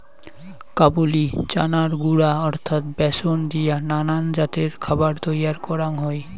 কাবুলি চানার গুঁড়া অর্থাৎ ব্যাসন দিয়া নানান জাতের খাবার তৈয়ার করাং হই